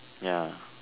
ya